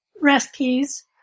recipes